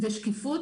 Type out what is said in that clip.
שקיפות,